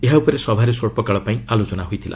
ଏହା ଉପରେ ସଭାରେ ସ୍ୱଚ୍ଚକାଳ ପାଇଁ ଆଲୋଚନା ହୋଇଥିଲା